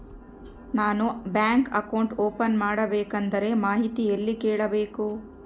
ನಾನು bank account open ಮಾಡಬೇಕಂದ್ರ ಮಾಹಿತಿ ಎಲ್ಲಿ ಕೇಳಬೇಕು?